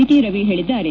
T Ravi ಹೇಳಿದ್ದಾರೆ